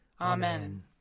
Amen